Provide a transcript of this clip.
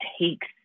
takes